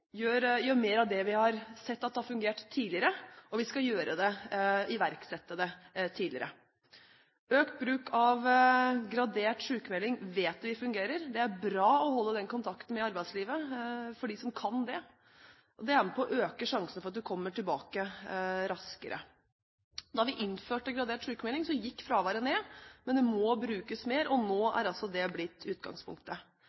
av det vi har sett fungere tidligere, og vi skal iverksette det tidligere. Økt bruk av gradert sykmelding vet vi fungerer. Det er bra å holde kontakten med arbeidslivet for dem som kan det. Det er med på å øke sjansene for at man kommer tilbake raskere. Da vi innførte gradert sykmelding, gikk fraværet ned, men det må brukes mer. Nå